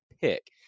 pick